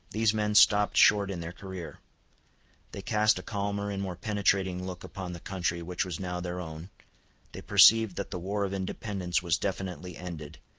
these men stopped short in their career they cast a calmer and more penetrating look upon the country which was now their own they perceived that the war of independence was definitely ended,